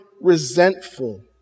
resentful